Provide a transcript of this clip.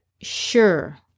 sure